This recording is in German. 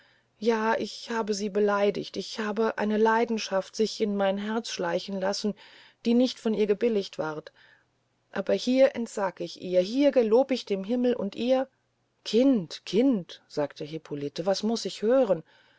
ja ich habe sie beleidigt ich habe eine leidenschaft sich in mein herz schleichen lassen die nicht von ihr gebilligt ward aber hier entsag ich ihr hier gelob ich dem himmel und ihr kind kind sagte hippolite was muß ich hören